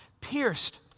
pierced